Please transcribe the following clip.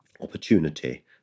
opportunity